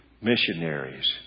missionaries